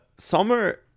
Summer